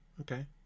Okay